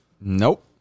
Nope